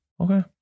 Okay